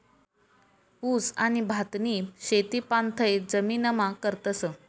ऊस आणि भातनी शेती पाणथय जमीनमा करतस